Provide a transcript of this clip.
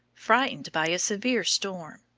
frightened by a severe storm.